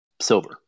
silver